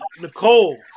Nicole